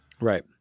right